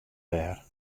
der